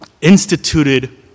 instituted